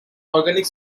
organic